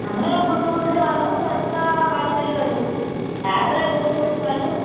ଆମେ ଭୁଟୁଭୁଟିରେ ଗଲୁ ଏଠୁ ତ ଗାଡ଼ି କରି ଗଲୁ ତା'ପରେ ଭୁଟୁଭୁଟିରେ ଗଲୁ